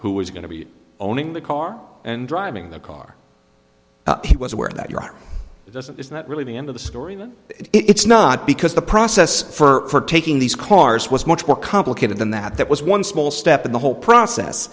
who was going to be owning the car and driving the car he was aware that your car doesn't it's not really the end of the story it's not because the process for taking these cars was much more complicated than that that was one small step in the whole process